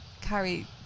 Carrie